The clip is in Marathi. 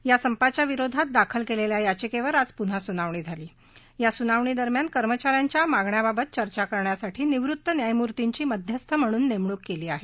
या संपाच्या विरोधात दाखल केलेल्या याचिकेवर आज पुन्हा सुनावणी झाली या सुनावणी दरम्यान कर्मचाऱ्यांचा मागण्याबात चर्चा करण्यासाठी निवृत्त न्यायमूर्तीची मध्यस्थ म्हणून नेमणूक केली आहे